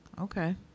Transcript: Okay